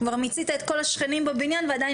יוצא מצב שכבר ממצים את כל השכנים בבניין ועדיין